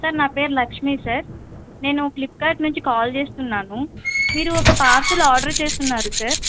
sir నా పేరు Lakshmi sir నేను ఫ్లిప్కార్ట్ నుంచి కాల్ చేస్తున్నాను మీరు ఒక పార్సిల్ ఆర్డర్ చేసున్నారు సార్